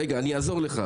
רגע, אני אעזור לך.